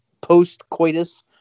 post-coitus